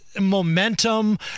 momentum